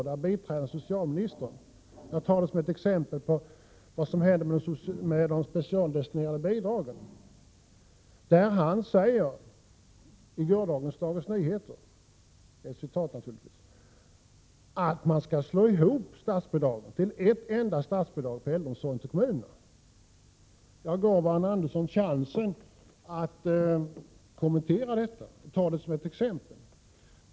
Där stod att biträdande socialministern Bengt Lindqvist sagt att man skall slå ihop statsbidragen, så att man får ett enda statsbidrag för äldreomsorgen till kommunerna. Jag gav Arne Andersson chansen att ta detta som ett exempel och kommentera det.